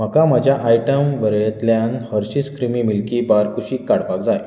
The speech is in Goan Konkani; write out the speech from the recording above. म्हाका म्हज्या आयटम वळेरेंतल्यान हर्शीज क्रिमी मिल्की बार कुशीक काडपाक जाय